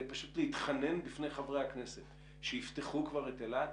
פשוט להתחנן בפני חברי הכנסת שיפתחו כבר את אילת,